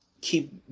keep